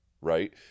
right